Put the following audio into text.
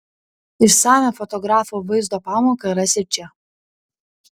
išsamią fotografo vaizdo pamoką rasi čia